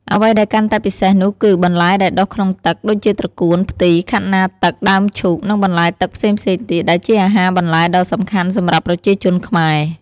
អ្វីដែលកាន់តែពិសេសនោះគឺ បន្លែដែលដុះក្នុងទឹក ដូចជាត្រកួន ផ្ទី ខាត់ណាទឹក ដើមឈូក និងបន្លែទឹកផ្សេងៗទៀត ដែលជាអាហារបន្លែដ៏សំខាន់សម្រាប់ប្រជាជនខ្មែរ។